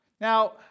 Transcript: Now